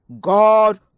God